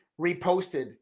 reposted